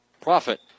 Profit